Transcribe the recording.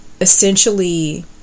essentially